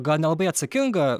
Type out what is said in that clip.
gal nelabai atsakinga